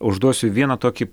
užduosiu vieną tokį